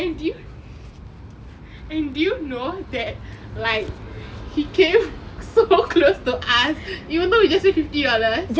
and did you and did you know that like he came so close to us even though we just pay fifty dollars